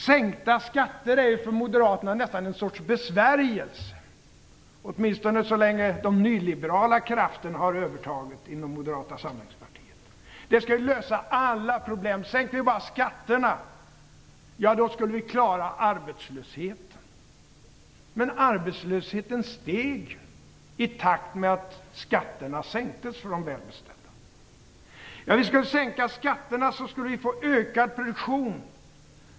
Sänkta skatter är för moderaterna nästan en sorts besvärjelse, åtminstone så länge de nyliberala krafterna har övertaget inom moderata samlingspartiet. Det skall lösa alla problem. Sänkte vi bara skatterna, skulle vi klara arbetslösheten. Men arbetslösheten steg ju i takt med att skatterna sänktes för de välbeställda. Vi skulle sänka skatterna och få ökad produktion.